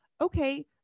Okay